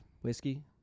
whiskey